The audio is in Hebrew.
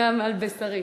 גם על בשרי.